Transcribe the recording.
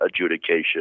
adjudication